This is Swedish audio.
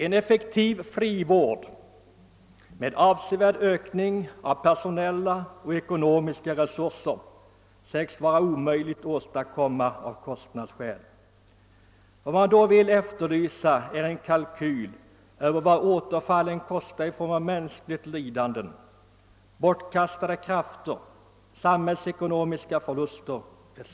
En effektiv frivård med en avsevärd ökning av personella och ekonomiska resurser sägs vara omöjlig att åstadkomma av kostnadsskäl. Vad man då vill efterlysa är en kalkyl över vad återfallen kostar av mänskliga lidanden, bortkastade krafter, samhällsekonomiska förluster etc.